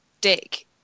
dick